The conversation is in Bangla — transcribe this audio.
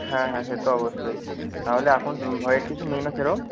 হ্যাঁ হ্যাঁ সে তো অবশ্যই তাহলে এখন ভয়ের কিছু নেই না সেরম